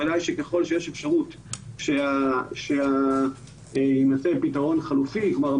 ודאי שככל שיש אפשרות שיימצא פתרון חלופי כלומר,